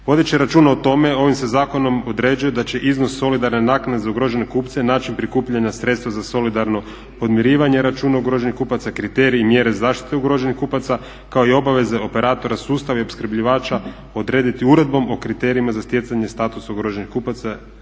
Vodeći računa o tome ovim se zakonom određuje da će iznos solidarne naknade za ugrožene kupce, način prikupljanja sredstva za solidarno podmirivanje računa ugroženih kupaca, kriteriji, mjere zaštite ugroženih kupaca kao i obaveze operatora sustava i opskrbljivača odrediti Uredbom o kriterijima za stjecanje statusa ugroženih kupaca